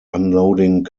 unloading